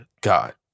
God